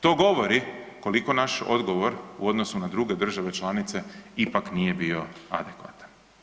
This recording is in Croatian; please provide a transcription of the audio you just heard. To govori koliko naš odgovor u odnosu na druge države članice ipak nije bio adekvatan.